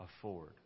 afford